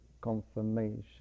confirmation